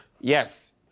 Yes